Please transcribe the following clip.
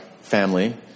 family